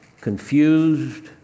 confused